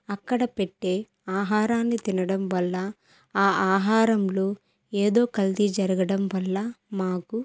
అక్కడ పెట్టే ఆహారాన్ని తినడం వల్ల ఆ ఆహారంలో ఏదో కల్తీ జరగడం వల్ల మాకు